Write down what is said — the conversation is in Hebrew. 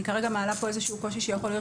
אני כרגע מעלה פה איזשהו קושי שיכול להיות